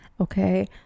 Okay